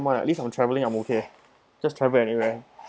mind at least I'm traveling I'm okay just travel anywhere